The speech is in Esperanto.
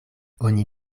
oni